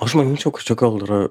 aš manyčiau kad čia gal yra